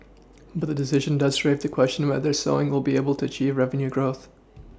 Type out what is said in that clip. but the decision does raise the question whether Sewing will be able to achieve revenue growth